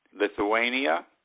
Lithuania